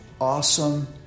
awesome